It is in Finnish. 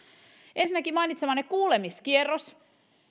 ensinnäkin mainitsemanne kuulemiskierroksen